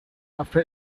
after